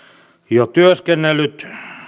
jo työskennellyt